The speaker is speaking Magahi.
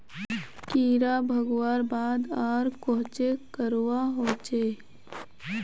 कीड़ा भगवार बाद आर कोहचे करवा होचए?